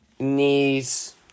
Knees